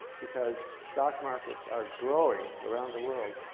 because stock markets are growing around the world,